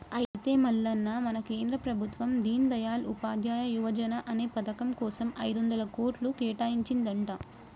అయితే మల్లన్న మన కేంద్ర ప్రభుత్వం దీన్ దయాల్ ఉపాధ్యాయ యువజన అనే పథకం కోసం ఐదొందల కోట్లు కేటాయించిందంట